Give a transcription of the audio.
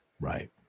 Right